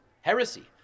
heresy